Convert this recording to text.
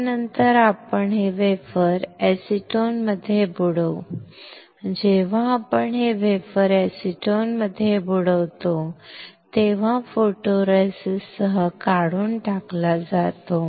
त्यानंतर आपण हे वेफर एसीटोनमध्ये बुडवू जेव्हा आपण हे वेफर एसीटोनमध्ये बुडवतो तेव्हा फोटोरेसिस्ट काढून टाकला जातो